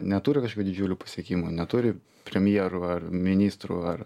neturi kažkokių didžiulių pasiekimų neturi premjerų ar ministrų ar